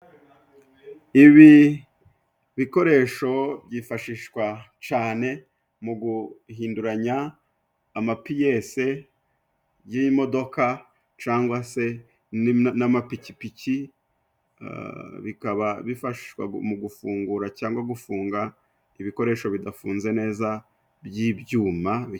Ibi bikoresho byifashishwa cane mu guhinduranya amapiyese y'imodoka cangwa se n'amapikipiki, bikaba bifashwa mu gufungura cyangwa gufunga ibikoresho bidafunze neza by'ibyuma.